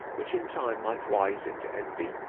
which in time might rise into envy,